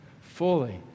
fully